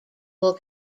will